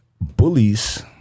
bullies